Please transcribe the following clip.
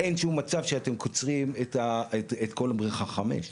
אין שום מצב שאתם קוצרים את כל בריכה 5,